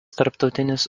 tarptautinis